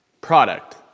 product